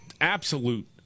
absolute